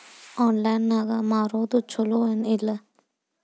Online ನಾಗ್ ಮಾರೋದು ಛಲೋ ಏನ್ ಇಲ್ಲ?